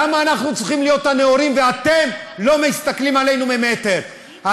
למה אנחנו צריכים להיות הנאורים ואתם לא מסתכלים עלינו ממטר?